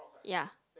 ya